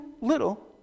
little